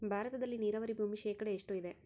ಭಾರತದಲ್ಲಿ ನೇರಾವರಿ ಭೂಮಿ ಶೇಕಡ ಎಷ್ಟು ಇದೆ?